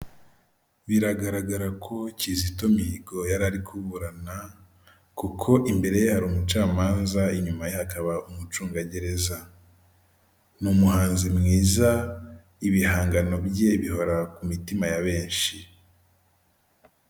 Biragaragara ko Kizito Mihigo yari ari kuburana kuko imbere ye hari umucamanza, inyuma ye hakaba umucungagereza, ni umuhanzi mwiza ibihangano bye bihora ku mitima ya benshi.